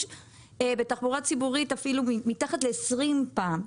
בתחבורה ציבורית אפילו פחות מ-20 פעם,